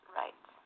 right